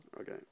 Okay